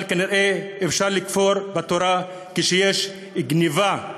אבל כנראה אפשר לכפור בתורה כשיש גנבה.